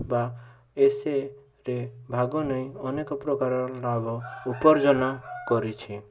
ବା ଏସେ ରେ ଭାଗନେଇ ଅନେକ ପ୍ରକାରର ଲାଭ ଉପାର୍ଜନ କରିଛି